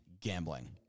gambling